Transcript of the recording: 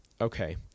Okay